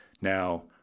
Now